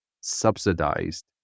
subsidized